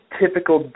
typical